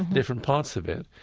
different parts of it.